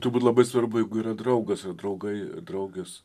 turbūt labai svarbu jeigu yra draugas draugai draugės